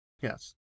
Yes